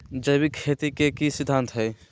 जैविक खेती के की सिद्धांत हैय?